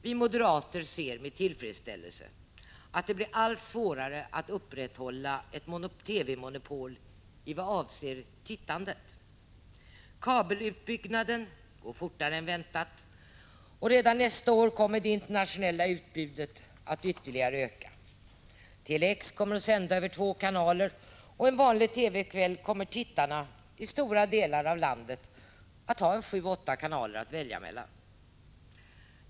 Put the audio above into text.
Vi moderater ser med tillfredsställelse att det blir allt svårare att upprätthålla ett TV-monopol i vad avser tittandet. Kabelutbyggnaden går fortare än väntat och redan nästa år kommer det internationella utbudet att ytterligare öka. Tele-X kommer att sända över två kanaler och en vanlig TV-kväll kommer tittarna i stora delar av landet att ha sju åtta kanaler att välja mellan.